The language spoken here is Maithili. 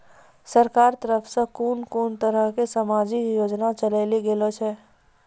सरकारक तरफ सॅ कून कून तरहक समाजिक योजना चलेली गेलै ये?